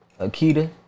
Akita